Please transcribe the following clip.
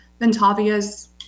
Ventavia's